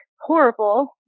horrible